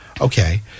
Okay